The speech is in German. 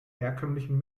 herkömmlichen